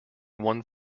one